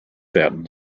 werden